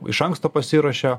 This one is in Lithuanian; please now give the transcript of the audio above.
iš anksto pasiruošė